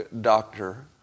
doctor